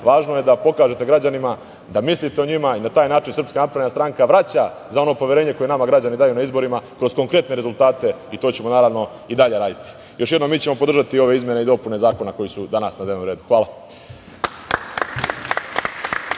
važno je da pokažete građanima da mislite o njima i na taj način SNS vraća za ono poverenje koje nama građani daju na izborima kroz konkretne rezultate i to ćemo naravno i dalje raditi. Još jednom, mi ćemo podržati ove izmene i dopune zakona koji su danas na dnevnom redu. Hvala.